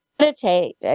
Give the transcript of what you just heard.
meditate